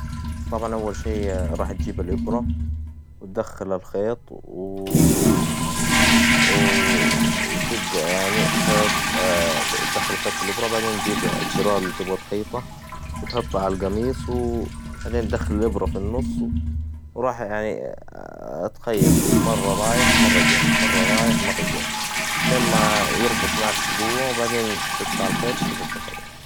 طبعاً أول شي راح تجيب إبرة، وتدخل الخيط و وتبدأ يعني خيط، تدخل الخيط في الإبرة، وبعدين تجيب زرار إللي تبغى تخيطه، وتحطه عالقميص، وبعدين تددخل الإبرة في النص، وراح يعني تخيط مرة رايح ومرة جاي، مرة رايح ومرة جاي، لما يربط معك بقوة، وبعدين تقطع الخيط، وكدا تكون خلاص.